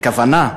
הכוונה,